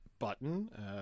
button